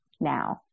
now